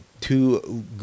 Two